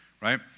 right